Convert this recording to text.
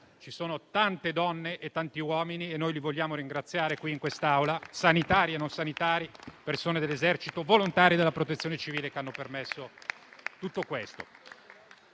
ci sono tante donne e tanti uomini che noi vogliamo ringraziare qui in quest'Aula, sanitari e non sanitari, persone dell'Esercito, volontari della Protezione civile che hanno permesso tutto questo.